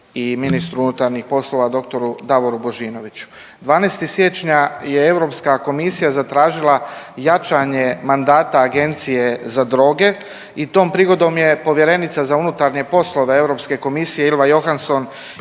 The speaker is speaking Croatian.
i ministru unutarnjih poslova dr. Davoru Božinoviću. 12. siječnja je Europska komisija zatražila jačanje mandata Agencije za droge i tom prigodom je povjerenica za unutarnje poslove Europske komisije Ylva Johansson